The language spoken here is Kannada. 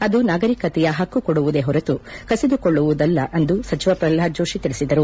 ಅದು ನಾಗರೀಕತೆಯ ಪಕ್ಕು ಕೊಡುವುದೇ ಹೊರತು ಕಸಿದುಕೊಳ್ಳುವುದಿಲ್ಲ ಎಂದು ಸಚಿವ ಪ್ರಹ್ಲಾದ್ ಜೋಷಿ ತಿಳಿಸಿದರು